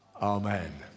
Amen